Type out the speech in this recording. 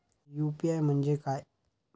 UPI म्हणजे काय?